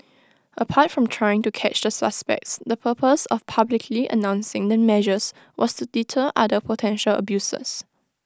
apart from trying to catch the suspects the purpose of publicly announcing the measures was to deter other potential abusers